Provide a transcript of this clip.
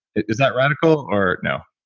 is that radical or no?